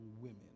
women